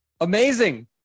amazing